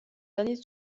dernier